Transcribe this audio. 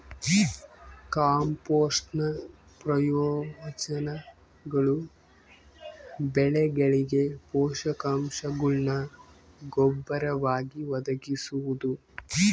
ಕಾಂಪೋಸ್ಟ್ನ ಪ್ರಯೋಜನಗಳು ಬೆಳೆಗಳಿಗೆ ಪೋಷಕಾಂಶಗುಳ್ನ ಗೊಬ್ಬರವಾಗಿ ಒದಗಿಸುವುದು